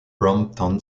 brompton